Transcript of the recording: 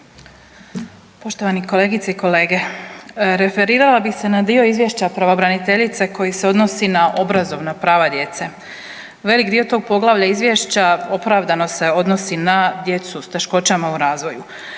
Poštovani kolegice i kolege, referirala bih se na dio izvješća pravobraniteljice koji se odnosi na obrazovna prava djece. Velik dio tog poglavlja izvješća opravdano se odnosi na djecu s teškoćama u razvoju.